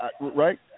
Right